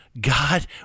God